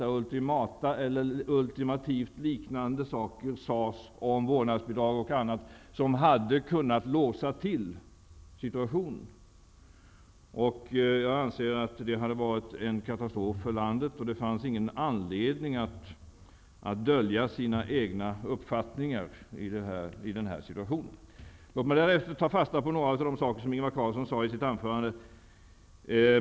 Där sades liknande ultimativa saker om vårdnadsbidraget som hade kunnat låsa situationen. Jag anser att det hade varit en katastrof för landet. Det fanns ingen anledning att dölja sina egna uppfattningar i den här situationen. Låt mig därefter ta fasta på några av de saker som Ingvar Carlsson tog upp i sitt anförande.